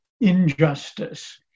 injustice